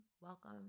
Welcome